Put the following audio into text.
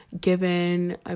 given